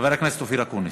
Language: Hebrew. חבר הכנסת אופיר אקוניס,